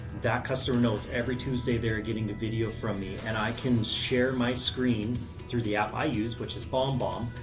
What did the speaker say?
that customer knows every tuesday they're getting a video from me and i can share my screen through the app i use, which is bombbomb,